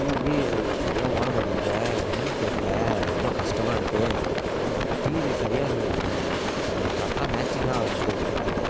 TV சரியாக ஓட மாட்டேங்கிதுங்க என்னனு தெரியலை ரொம்ப கஷ்டமாக இருக்குது டிவி சரியாக அந்த எங்களுக்கு கரெக்டாக மேட்சிங்காக ஆக மாட்டேங்கிதுங்க